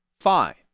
fine